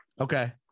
Okay